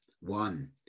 one